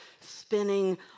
spinning